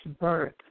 birth